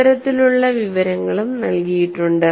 അത്തരത്തിലുള്ള വിവരങ്ങളും നൽകിയിട്ടുണ്ട്